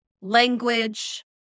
language